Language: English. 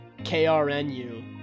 KRNU